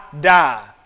die